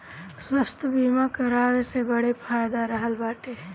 स्वास्थ्य बीमा करवाए से बहुते फायदा रहत बाटे